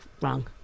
wrong